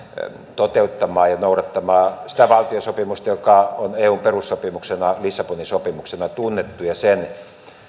toteuttamaan ja noudattamaan sitä valtiosopimusta joka on eun perussopimuksena lissabonin sopimuksena tunnettu ja sen